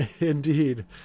Indeed